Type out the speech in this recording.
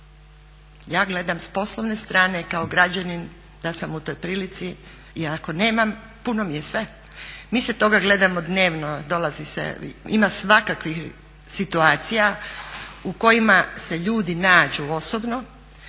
Ja gledam s poslovne strane kao građanin da sam u toj prilici, ja ako nemam puno mi je sve. Mi se toga gledamo dnevno dolazi se, ima svakakvih situacija u kojima se ljudi nađu osobno